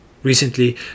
Recently